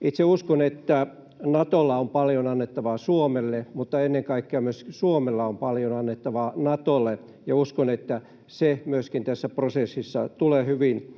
Itse uskon, että Natolla on paljon annettavaa Suomelle, mutta ennen kaikkea myös Suomella on paljon annettavaa Natolle, ja uskon, että se myöskin tässä prosessissa tulee hyvin